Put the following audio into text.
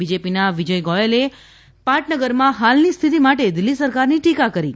બીજેપીના વિજય ગોયલે પાટનગરમાં હાલની સ્થિતિ માટે દિલ્હી સરકારની ટીકા કરી હતી